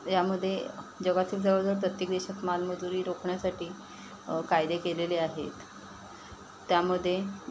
यामध्ये जगातील जवळजवळ प्रत्येक देशात बालमजुरी रोखण्यासाठी कायदे केलेले आहेत त्यामध्ये